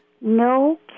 No